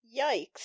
Yikes